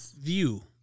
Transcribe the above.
view